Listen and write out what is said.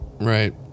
Right